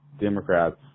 Democrats